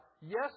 Yes